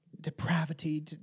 depravity